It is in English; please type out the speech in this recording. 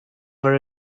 were